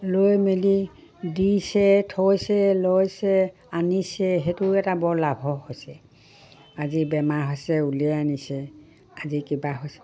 লৈ মেলি দিছে থৈছে লৈছে আনিছে সেইটোও এটা বৰ লাভ হৈছে আজি বেমাৰ হৈছে উলিয়াই আনিছে আজি কিবা হৈছে